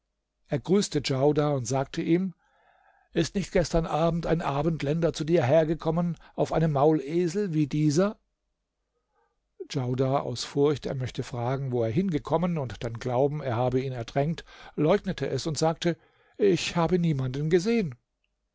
er grüßte djaudar und sagte ihm ist nicht gestern abend ein abendländer zu dir hergekommen auf einem maulesel wie dieser djaudar aus furcht er möchte fragen wo er hingekommen und dann glauben er habe ihn ertränkt leugnete es und sagte ich habe niemanden gesehen